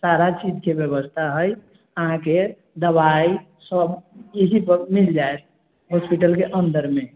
सारा चीज के व्यवस्था है अहाँकेॅं दवाइ सब एही पे मिल जायत हॉस्पिटल के अन्दरमे